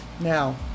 Now